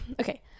okay